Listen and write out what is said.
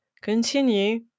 continue